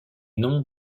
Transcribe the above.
non